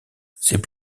c’est